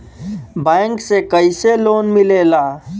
Bank से कइसे loan मिलेला?